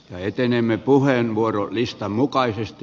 etenemme puheenvuorolistan mukaisesti